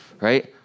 right